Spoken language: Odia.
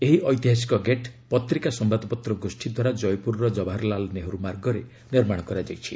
ଏହି ଐତିହାସିକ ଗେଟ୍' ପତ୍ରିକା ସମ୍ଭାଦପତ୍ର ଗୋଷ୍ଠୀ ଦ୍ୱାରା ଜୟପୁରର ଜବାହରଲାଲ ନେହେରୁ ମାର୍ଗରେ ନିର୍ମାଣ କରାଯାଇଛି